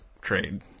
trade